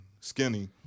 Skinny